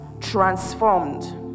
transformed